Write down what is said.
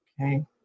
Okay